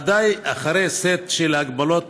ודאי אחרי סט של הגבלות